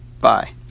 bye